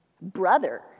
brother